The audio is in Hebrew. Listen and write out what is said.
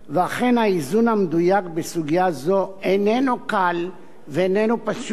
ואכן האיזון המדויק בסוגיה זו איננו קל ואיננו פשוט.